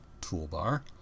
Toolbar